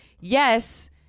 yes